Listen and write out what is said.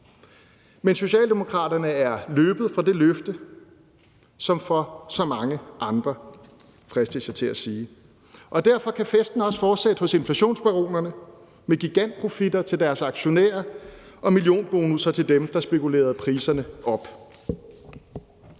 Men Socialdemokraterne er løbet fra det løfte som fra så mange andre, fristes jeg til at sige. Og derfor kan festen også fortsætte hos inflationsbaronerne med gigantprofitter til deres aktionærer og millionbonusser til dem, der spekulerer priserne op.